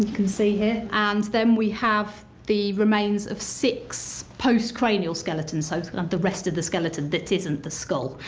can see here, and then we have the remains of six post-cranial skeletons so the rest of the skeleton that isn't the skull.